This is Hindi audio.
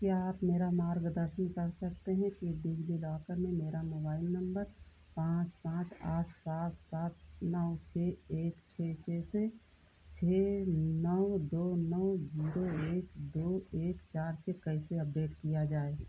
क्या आप मेरा मार्गदर्शन कर सकते हैं कि डिज़िलॉकर में मेरा मोबाइल नम्बर पाँच पाँच आठ सात सात नौ छह एक छह छह छह नौ दो नौ ज़ीरो एक दो एक चार छह कैसे अपडेट किया जाए